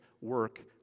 work